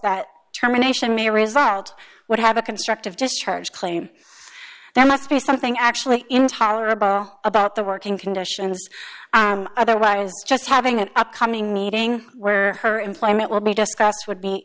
result would have a constructive discharge claim there must be something actually intolerable about the working conditions otherwise just having an upcoming meeting where her employment will be discussed would be